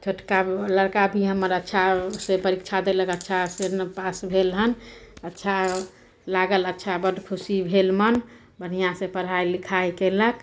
छोटका लड़का भी हमर अच्छासे परीक्षा देलक अच्छासे पास भेल हँ अच्छा लागल अच्छा बड्ड खुशी भेल मोन बढ़िआँसे पढ़ाइ लिखाइ कएलक